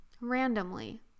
randomly